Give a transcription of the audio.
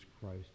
Christ